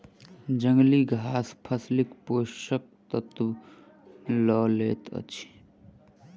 जंगली घास फसीलक पोषक तत्व लअ लैत अछि